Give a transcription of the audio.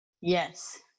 Yes